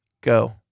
go